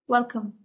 Welcome